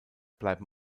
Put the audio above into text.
bleiben